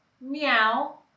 Meow